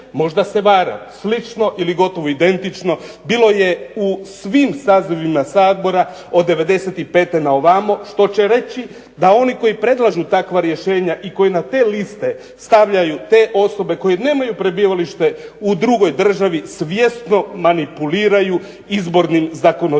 možda se varam. Slično ili gotovo identično bilo je u svim sazivima Sabora od '95. na ovamo, što će reći da oni koji predlažu takva rješenja i koji na te liste stavljaju te osobe koji nemaju prebivalište u drugoj državi svjesno manipuliraju izbornim zakonodavstvom.